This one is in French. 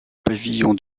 pavillon